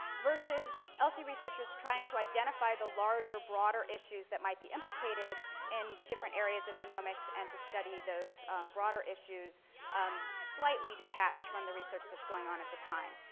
versus lc researchers trying to identify the larger, broader issues that might be implicated in different areas of genomics and to study those broader issues slightly detached from the research that's going on at the time.